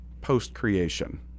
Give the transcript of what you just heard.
post-creation